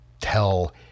tell